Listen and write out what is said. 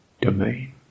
domain